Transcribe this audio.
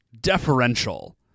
deferential